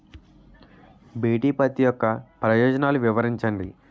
BT పత్తి యొక్క ప్రయోజనాలను వివరించండి?